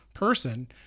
person